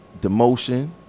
demotion